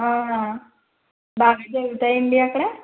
బాగానే జరుగుతాయండి అక్కడ